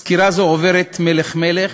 סקירה זו עוברת מלך-מלך,